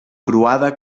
croada